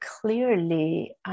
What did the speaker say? clearly